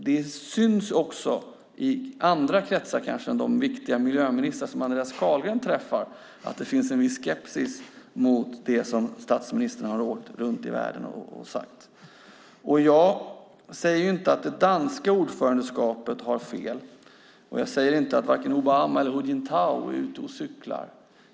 Det syns också i andra kretsar än bland de viktiga miljöministrar som Andreas Carlgren träffar att det finns en viss skepsis mot det som statsministrarna har åkt runt i världen och sagt. Jag säger inte att det danska ordförandeskapet har fel. Jag säger inte att vare sig Obama eller Hu Jintao är ute och cyklar.